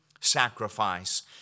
sacrifice